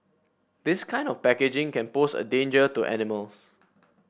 this kind of packaging can pose a danger to animals